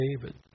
David